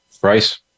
Bryce